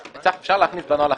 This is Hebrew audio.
אפשר להכניס בנוהל האכיפה,